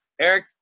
Eric –